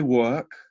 work